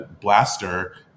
Blaster